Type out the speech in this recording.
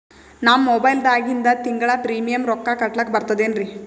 ನಮ್ಮ ಮೊಬೈಲದಾಗಿಂದ ತಿಂಗಳ ಪ್ರೀಮಿಯಂ ರೊಕ್ಕ ಕಟ್ಲಕ್ಕ ಬರ್ತದೇನ್ರಿ?